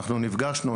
נפגשנו,